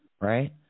right